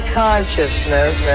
consciousness